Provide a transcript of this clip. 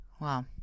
Wow